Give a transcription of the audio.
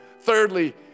Thirdly